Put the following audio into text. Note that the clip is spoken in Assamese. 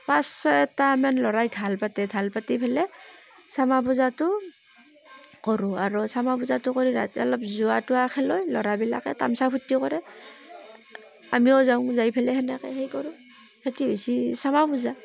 পাঁচ ছয়টামান ল'ৰাই ঢাল পাতে ঢাল পাতি পেলাই শ্যামা পূজাটো কৰোঁ আৰু শ্যামা পূজাটো কৰি তাতে অলপ জুৱা তুৱা খেলে ল'ৰাবিলাকে তামাচা ফূৰ্তিও কৰে আমিও যাওঁ যাই পেলাই সেনেকৈ হেৰি কৰোঁ সেইটো হৈছে শ্যামা পূজা